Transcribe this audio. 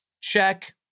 check